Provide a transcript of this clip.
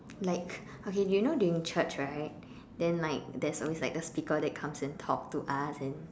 like okay you know during church right then like there is always like a speaker that comes and talk to us and